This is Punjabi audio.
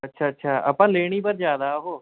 ਅੱਛਾ ਅੱਛਾ ਆਪਾਂ ਲੈਣੀ ਪਰ ਜ਼ਿਆਦਾ ਉਹ